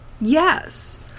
Yes